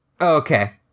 Okay